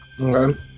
Okay